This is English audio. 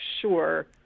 sure